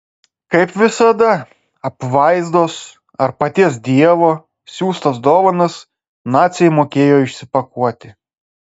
kaip visada apvaizdos ar paties dievo siųstas dovanas naciai mokėjo išsipakuoti